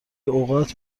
اوقات